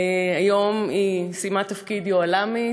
היום היא סיימה תפקיד יוהל"ם,